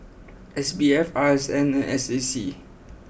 S B F R S N and S A C